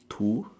two